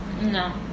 No